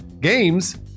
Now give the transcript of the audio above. Games